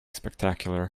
spectacular